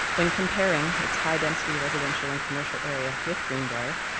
when comparing its high density residential and commercial area with green briar,